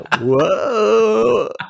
Whoa